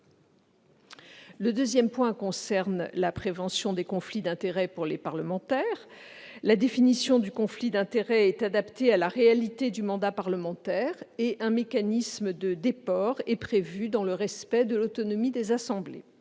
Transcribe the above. Le deuxième point concerne la prévention des conflits d'intérêts pour les parlementaires. La définition du conflit d'intérêts est adaptée à la réalité du mandat parlementaire, et un mécanisme de déport est prévu dans le respect de l'autonomie des assemblées.